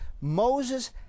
Moses